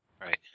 right